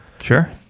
Sure